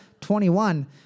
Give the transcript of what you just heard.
21